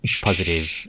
positive